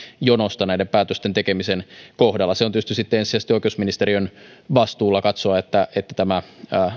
jonosta näiden päätösten tekemisen kohdalla se on tietysti sitten ensisijaisesti oikeusministeriön vastuulla katsoa että että tämä